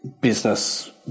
business